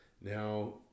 now